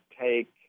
take